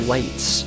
Lights